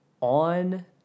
on